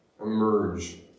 emerge